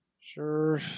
sure